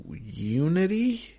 Unity